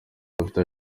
dufite